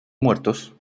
muertos